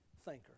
thinker